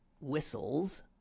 whistles